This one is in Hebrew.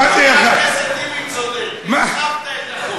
חבר הכנסת טיבי צודק, הרחבת את החוק.